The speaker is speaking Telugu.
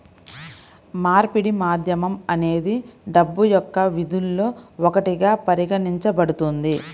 మార్పిడి మాధ్యమం అనేది డబ్బు యొక్క విధుల్లో ఒకటిగా పరిగణించబడుతుంది